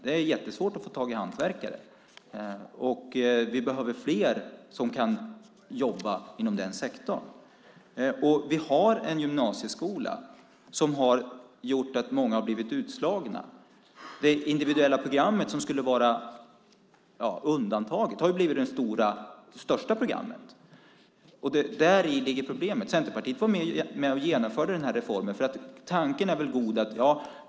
Det är jättesvårt att få tag i hantverkare, och vi behöver fler som kan jobba inom den sektorn. Vi har en gymnasieskola som har gjort att många har blivit utslagna. Det individuella programmet som skulle vara undantaget har blivit det största programmet. Däri ligger problemet. Centerpartiet var med och genomförde den reformen, för tanken är ju god.